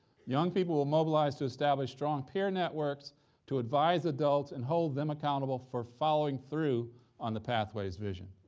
young people will mobilize to establish strong peer networks to advise adults and hold them accountable for following through on the pathways vision,